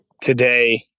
today